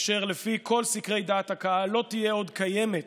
אשר לפי כל סקרי דעת הקהל לא תהיה עוד קיימת